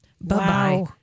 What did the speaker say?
Bye-bye